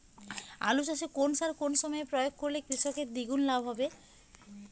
আলু চাষে কোন সার কোন সময়ে প্রয়োগ করলে কৃষকের দ্বিগুণ লাভ হবে?